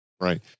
Right